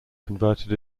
converted